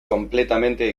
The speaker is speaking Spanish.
completamente